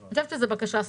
אני חושבת שזו בקשה סבירה.